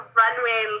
runway